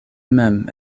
mem